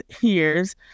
years